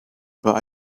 but